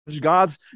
God's